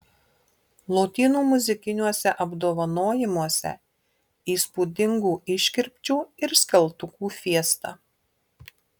lotynų muzikiniuose apdovanojimuose įspūdingų iškirpčių ir skeltukų fiesta